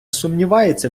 сумнівається